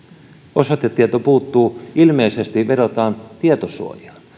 osoitetieto puuttuu ilmeisesti vedotaan tietosuojaan